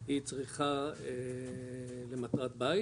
היא צריכה למטרת בית